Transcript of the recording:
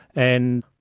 and